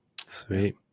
Sweet